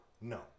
No